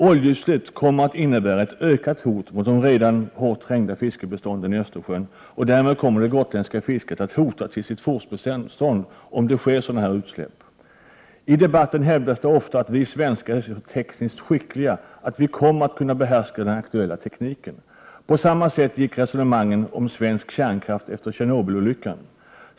Oljeutsläpp kommer att innebära ett ökat hot mot det redan hårt trängda fisket i Östersjön. Därmed kommer det gotländska fisket att hotas till sitt fortbestånd, om sådana här utsläpp sker. I debatten hävdas ofta att vi svenskar är så tekniskt skickliga att vi kommer att kunna behärska den aktuella tekniken. Så gick också resonemanget om svensk kärnkraft efter Tjernobylolyckan.